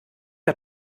der